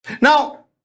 Now